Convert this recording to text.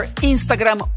Instagram